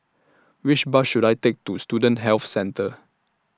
Which Bus should I Take to Student Health Centre